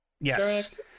yes